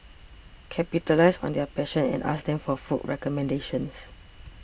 capitalise on their passion and ask them for food recommendations